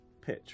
pitch